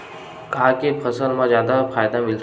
का के फसल मा जादा फ़ायदा मिलथे?